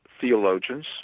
theologians